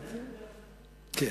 כן,